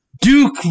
Duke